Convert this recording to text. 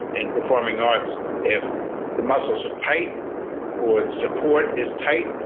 in performing arts, if the muscles are tight or the support is tight,